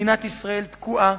מדינת ישראל תקועה.